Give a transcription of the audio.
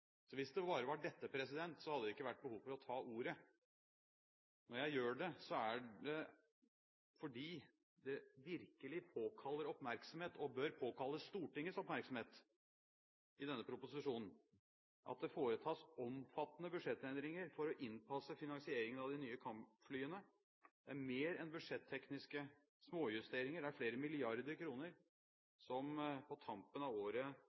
Hvis det bare var dette, hadde det ikke vært behov for å ta ordet. Når jeg gjør det, er det fordi det virkelig påkaller oppmerksomhet – og bør påkalle Stortingets oppmerksomhet – at det i denne proposisjonen foretas omfattende budsjettendringer for å innpasse finansieringen av de nye kampflyene. Det er mer enn budsjettekniske småjusteringer – det er flere milliarder kroner som på tampen av året